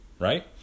right